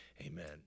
Amen